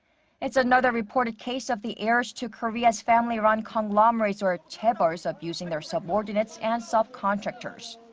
it's another reported case of the heirs to korea's family-run conglomerates, or chaebols. abusing their subordinates and subcontractors.